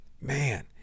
man